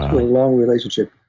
long relationship.